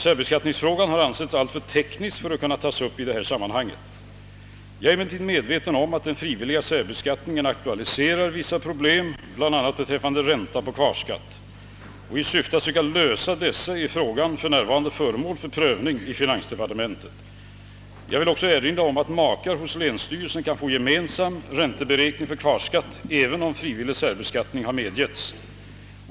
Särbeskattningsfrågan har ansetts alltför teknisk för att kunna tas upp i detta sammanhang. Jag är emellertid medveten om att den frivilliga särbeskattningen aktualiserar vissa problem bl.a. beträffande ränta på kvarskatt. I syfte att söka lösa dessa är frågan för närvarande föremål för prövning i finansdepartementet. Jag vill också erinra om att makar hos länsstyrelsen kan få gemensam ränteberäkning för kvarskatt även om frivillig särbeskattning medgetts.